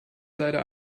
leider